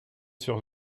sur